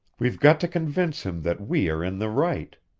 we've got to convince him that we are in the right.